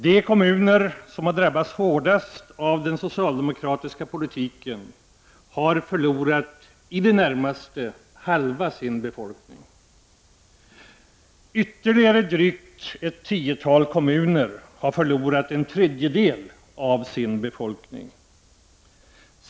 De kommuner som har drabbats hårdats av den socialdemokratiska politiken har förlorat — i det närmaste — halva sin befolkning. Ytterligare ett tiotal kommuner har förlorat en tredjedel av sin befolkning.